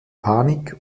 panik